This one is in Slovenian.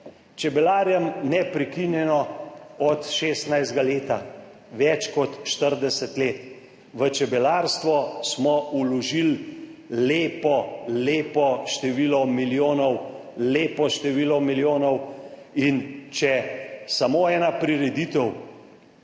Čebelarjem neprekinjeno od 16 leta več kot štirideset let, v čebelarstvo smo vložili lepo, lepo število milijonov, lepo število milijonov. In če samo ena prireditev,